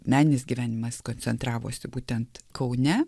meninis gyvenimas koncentravosi būtent kaune